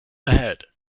ahead